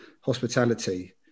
hospitality